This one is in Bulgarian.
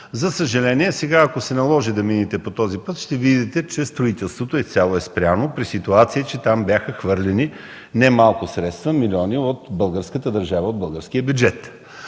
За съжаление, сега ако се наложи да минете по този път, ще видите, че строителството изцяло е спряно, при ситуация, че там бяха хвърлени немалко средства – милиони, от българската държава, от българския бюджет.